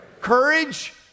Courage